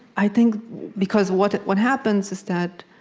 i think because what what happens is that